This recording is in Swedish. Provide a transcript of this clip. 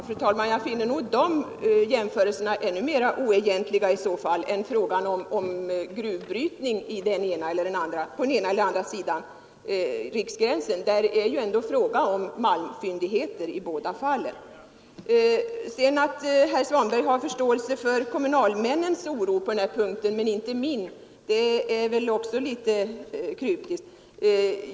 Fru talman! Jag finner nog i så fall de jämförelserna ännu mera oegentliga än frågan om gruvbrytning på den ena eller den andra sidan av riksgränsen — där är det ju ändå fråga om malmfyndigheter i båda fallen. Att herr Svanberg har förståelse för kommunalmännens oro på den här punkten men inte för min oro är också litet kryptiskt.